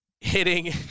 hitting